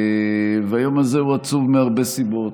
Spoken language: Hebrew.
היום הזה הוא עצוב מהרבה סיבות.